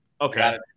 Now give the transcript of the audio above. Okay